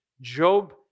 Job